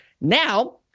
Now